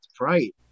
Right